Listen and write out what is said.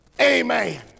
Amen